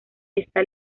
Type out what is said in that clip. esta